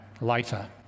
later